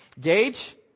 Gage